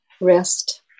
rest